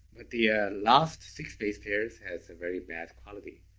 but the ah last six base pairs has very bad quality.